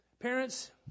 Parents